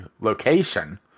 location